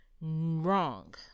Wrong